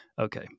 Okay